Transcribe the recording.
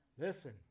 Listen